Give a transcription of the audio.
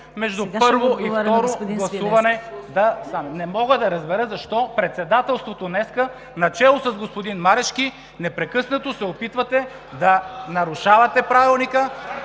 между първо и второ гласуване? Не мога да разбера защо днес Председателството, начело с господин Марешки, непрекъснато се опитвате да нарушавате Правилника